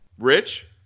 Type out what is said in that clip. Rich